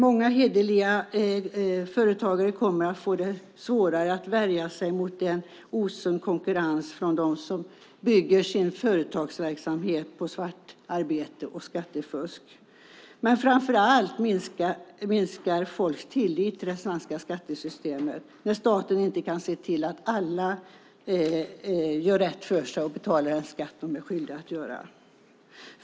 Många hederliga företagare kommer att få svårare att värja sig mot en osund konkurrens från dem som bygger sin företagsverksamhet på svartarbete och skattefusk. Men framför allt minskar folks tillit till det svenska skattesystemet när staten inte kan se till att alla gör rätt för sig och betalar den skatt som de är skyldiga att göra.